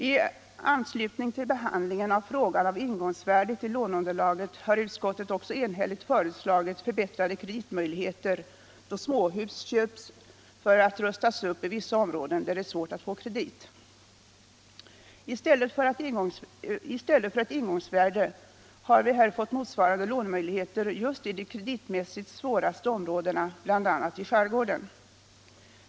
I anslutning till behandlingen av frågan om ingångsvärdet i låneunderlaget har utskottet enhälligt föreslagit förbättrade kreditmöjligheter, då småhus köps för att rustas upp i vissa områden där det är svårt att få kredit. I stället för ett ingångsvärde har sålunda föreslagits motsvarande lånemöjligheter just i de kreditmässigt svåraste områdena — bl.a. i skärgården.